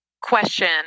question